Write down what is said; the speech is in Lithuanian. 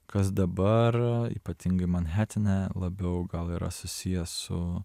kas dabar ypatingai manhetene labiau gal yra susiję su